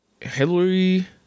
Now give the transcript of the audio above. Hillary